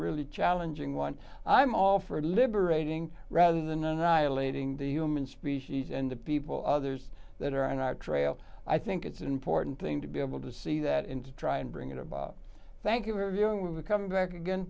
really challenging one i'm all for liberating rather than annihilating the human species and the people others that are on our trail i think it's an important thing to be able to see that in to try and bring in our bob thank you very young when we come back again